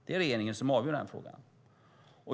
Det är regeringen som avgör frågan.